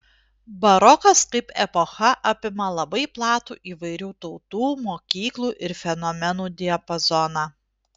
barokas kaip epocha apima labai platų įvairių tautų mokyklų ir fenomenų diapazoną